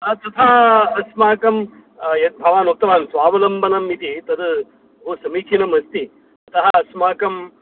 तथा अस्माकं यद् भवान् उक्तवान् स्वावलम्बनम् इति तद् बहु समीचीनम् अस्ति अतः अस्माकम्